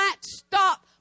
stop